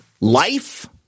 life